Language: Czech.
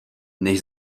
než